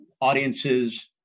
audiences